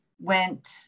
went